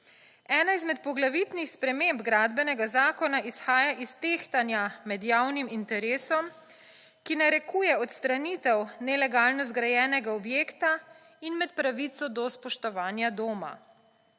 Ena izmed poglavitnih sprememb gradbenega zakona izhaja iz tehtanja med javnim interesom, ki narekuje odstranitev nelegalno zgrajenega objekta in med pravico do spoštovanja doma.